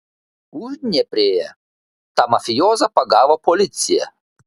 uždnieprėje tą mafijozą pagavo policija